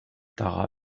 tara